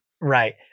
Right